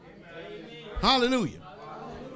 Hallelujah